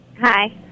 Hi